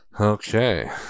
okay